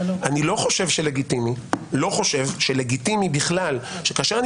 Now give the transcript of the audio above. אני לא חושב שלגיטימי בכלל שכאשר אני